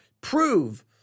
prove